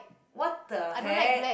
what the heck